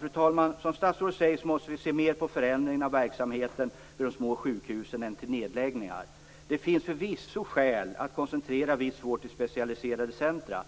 Fru talman! Som statsrådet säger måste vi se mer till förändringen av verksamheten vid de små sjukhusen än till nedläggningar. Det finns förvisso skäl att koncentrera viss vård till specialiserade centrum.